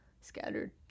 scattered